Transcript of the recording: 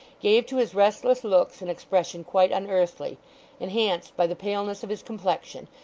gave to his restless looks an expression quite unearthly enhanced by the paleness of his complexion,